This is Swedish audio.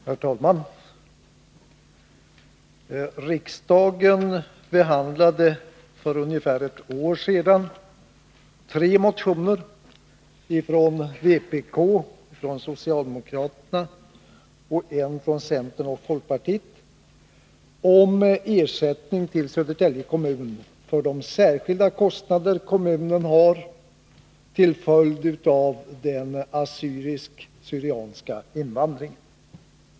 Herr talman! Riksdagen behandlade för ungefär ett år sedan tre motioner, en från vpk, en från socialdemokraterna och en från centern och folkpartiet, om ersättning till Södertälje kommun för de särskilda kostnader som kommunen har till följd av den assyriska/syrianska invandringen.